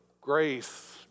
grace